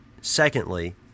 secondly